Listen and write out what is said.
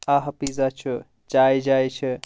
آ ہا پیٖزا چھُ چاے جاے چھِ